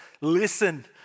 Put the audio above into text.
Listen